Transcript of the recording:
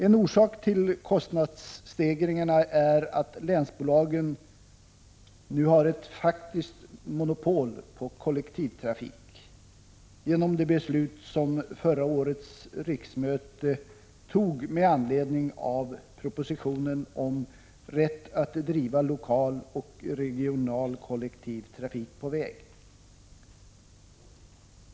En orsak till kostnadsstegringarna är att länsbolagen nu har ett faktiskt monopol på kollektivtrafik genom det beslut som förra årets riksmöte tog med anledning av propositionen om rätt att driva lokal och regional kollektiv trafik på väg.